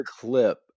clip